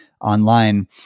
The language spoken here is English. online